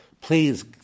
Please